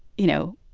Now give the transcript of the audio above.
you know,